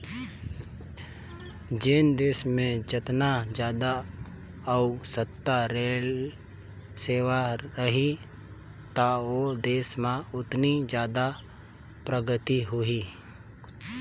जेन देस मे जेतना जादा अउ सस्ता रेल सेवा रही त ओ देस में ओतनी जादा परगति होही